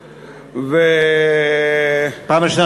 בבקשה, אדוני.